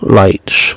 lights